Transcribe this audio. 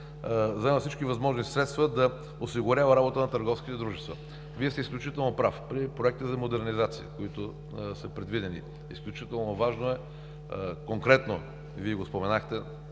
прави всичко възможно да осигурява работа на търговските дружества. Вие сте изключително прав – при проектите за модернизация, които са предвидени, изключително важно е, конкретно Вие споменахте